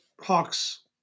Hawks